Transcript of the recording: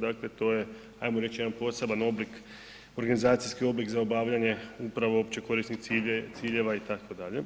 dakle to je ajmo reći jedan poseban oblik, organizacijski oblik za obavljanje upravo općih korisnih ciljeva itd.